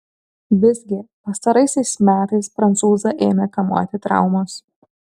visgi pastaraisiais metais prancūzą ėmė kamuoti traumos